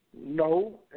No